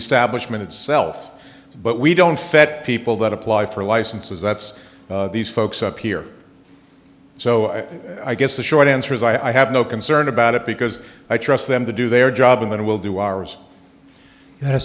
establishment itself but we don't fet people that apply for licenses that's these folks up here so i guess the short answer is i have no concern about it because i trust them to do their job and then we'll do ours a